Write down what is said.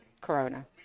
Corona